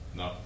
no